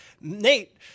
Nate